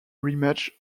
rematch